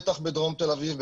בטח בדרום תל אביב,